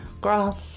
girl